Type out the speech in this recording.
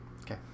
Okay